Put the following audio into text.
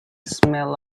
smell